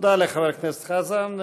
תודה לחבר הכנסת חזן.